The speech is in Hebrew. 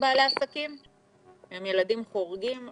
ילדים חורגים?